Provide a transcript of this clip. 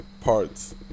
parts